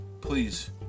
please